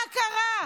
מה קרה?